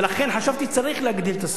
ולכן חשבתי שצריך להגדיל את הסכום,